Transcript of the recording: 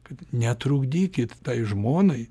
kad netrukdykit tai žmonai